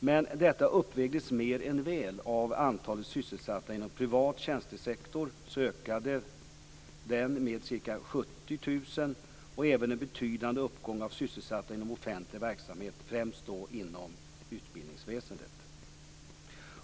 men detta uppvägdes mer än väl av att antalet sysselsatta inom privat tjänstesektor ökade med ca 70 000 och även av en betydande uppgång av sysselsatta inom offentlig verksamhet, främst inom utbildningsväsendet.